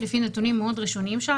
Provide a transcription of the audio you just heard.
כרגע לפי נתונים מאוד ראשוניים שלנו,